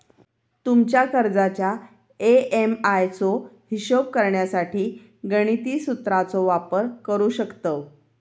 तुमच्या कर्जाच्या ए.एम.आय चो हिशोब करण्यासाठी गणिती सुत्राचो वापर करू शकतव